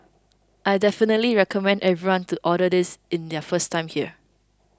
I definitely recommend everyone to order this in their first time here